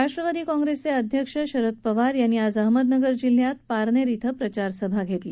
राष्ट्रवादी काँग्रेसचे अध्यक्ष शरद पवार यांनी आज अहमदनगर जिल्ह्यातील पारनेर इथं प्रचार सभा घेतली